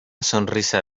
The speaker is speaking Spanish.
sonrisa